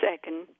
second